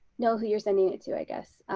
know who you're sending it to i guess.